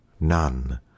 None